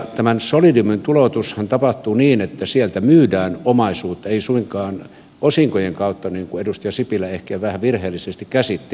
tämän solidiu min tuloutushan tapahtuu niin että sieltä myydään omaisuutta ei suinkaan osinkojen kautta niin kuin edustaja sipilä ehkä vähän virheellisesti käsitti allekirjoittaneen puheenvuoron